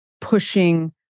pushing